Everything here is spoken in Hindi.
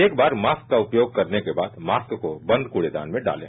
एक बार मास्क का उपयोग करने के बाद मास्क को बंद कुडेदान में डाले